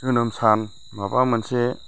जोनोम सान माबा मोनसे